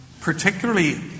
particularly